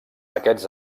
aquests